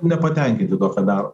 nepatenkinti tuo ką daro